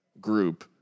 group